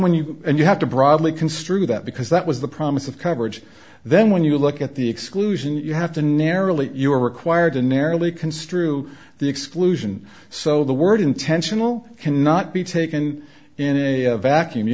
when you and you have to broadly construe that because that was the promise of coverage then when you look at the exclusion you have to narrowly you are required to narrowly construe the solution so the word intentional cannot be taken in a vacuum you